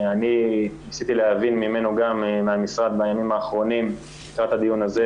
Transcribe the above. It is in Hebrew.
אני ניסיתי גם להבין מהמשרד בימים האחרונים לקראת הדיון הזה,